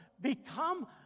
Become